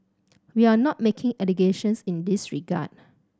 we are not making allegations in this regard